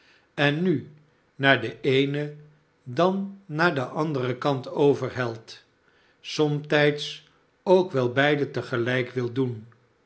en nu naar den eenen dan naar den anderen kant overhelt somtijds ook wel beiden te gelijk wil doen